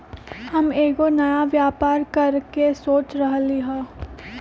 हम एगो नया व्यापर करके सोच रहलि ह